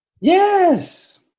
Yes